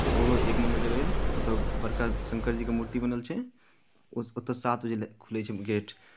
ओहो एक नम्बर जगह यए ओतय बड़का शङ्कर जीके मूर्ति बनल छै ओ ओतय सात बजे ल् खुलैत छै गेट